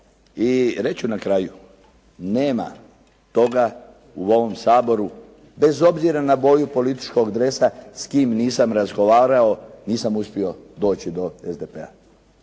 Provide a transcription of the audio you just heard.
i reći ću na kraju nema toga u ovom Saboru, bez obzira na boju političkog dresa s kim nisam razgovarao, nisam uspio doći do SDP-a.